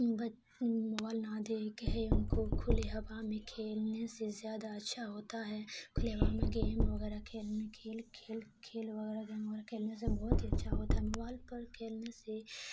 mobile نہ دے کہے ان کو کھلے ہوا میں کھیلنے سے زیادہ اچھا ہوتا ہے کھلے ہوا میں گیم وغیرہ کھیلنے کھیل کھیل کھیل وغیرہ گیم وغیرہ کھیلنے سے بہت ہی اچھا ہوتا ہے موبائل پر کھیلنے سے